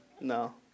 No